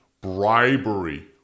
bribery